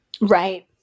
Right